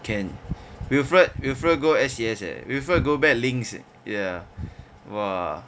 can wilfred wilfred go S_C_S eh wilfred go back links eh